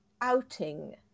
outing